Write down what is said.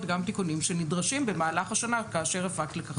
גם תיקונים שנדרשים במהלך השנה כאשר הפקת לקחים.